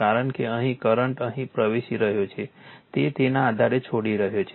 કારણ કે અહીં કરંટ અહીં પ્રવેશી રહ્યો છે તે તેના આધારે છોડી રહ્યો છે